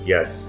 Yes